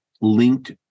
linked